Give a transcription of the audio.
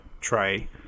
tray